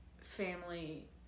family